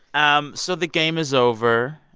um so the game is over.